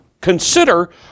Consider